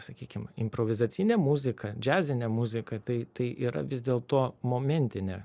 sakykim improvizacinė muzika džiazinė muzika tai tai yra vis dėlto momentinė